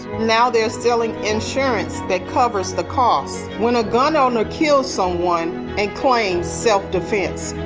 now they're selling insurance that covers the cost. when a gun owner kills someone and claims self-defense.